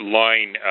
line